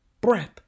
breath